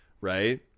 Right